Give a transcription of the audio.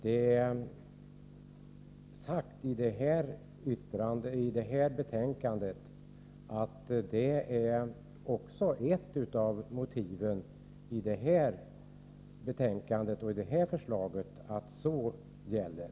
Det har dock sagts i utbildningsutskottets betänkande 22 att det faktum att det inte anordnas klasslärarutbildning i Uppsala och Borås är ett av motiven till det här aktuella nedläggningsförslaget.